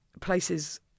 places